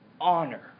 honor